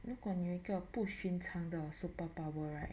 那感觉一个不寻常的 superpower right